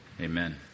Amen